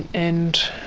and